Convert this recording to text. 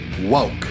woke